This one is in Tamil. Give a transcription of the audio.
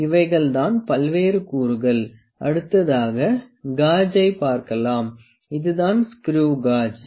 இவைகள் தான் பல்வேறு கூறுகள் அடுத்ததாக காஜை பார்க்கலாம் இது தான் ஸ்க்ரீவ் காஜ்